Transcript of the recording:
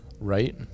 Right